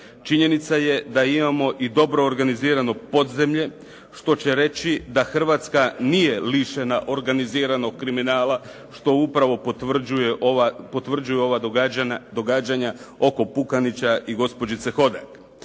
Činjenica je da imamo i dobro organizirano podzemlje, što će reći da Hrvatska nije lišena organiziranog kriminala, što upravo potvrđuju ova događanja oko Pukanića i gospođice Hodak.